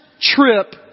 trip